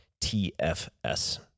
TFS